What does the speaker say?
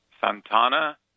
Santana